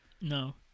No